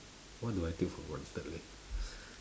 what do I take for granted leh